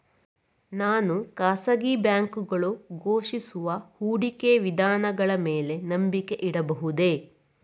ನಾನು ಖಾಸಗಿ ಬ್ಯಾಂಕುಗಳು ಘೋಷಿಸುವ ಹೂಡಿಕೆ ವಿಧಾನಗಳ ಮೇಲೆ ನಂಬಿಕೆ ಇಡಬಹುದೇ?